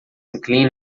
inclina